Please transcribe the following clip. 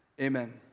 amen